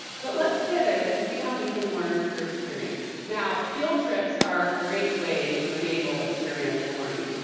but let's pivot and see how we can learn through experience. now, field trips are a great way to enable experiential learning.